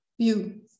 view